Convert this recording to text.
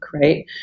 right